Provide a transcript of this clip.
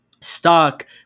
stuck